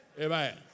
Amen